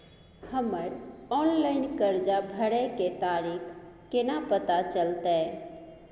हमर ऑनलाइन कर्जा भरै के तारीख केना पता चलते?